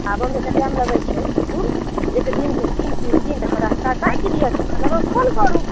आबऽमे तऽ टाइम लगैत छै ओ एक दिन दू दिन तीन दिन अहाँ रास्ता ताकि लिअ तखन अहाँ फोन करू